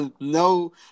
No